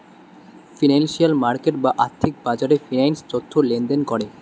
financial market বা আর্থিক বাজারে ফিন্যান্স তথ্য লেনদেন করে